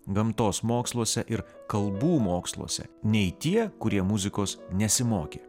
gamtos moksluose ir kalbų moksluose nei tie kurie muzikos nesimokė